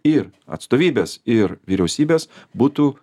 ir atstovybės ir vyriausybės būtų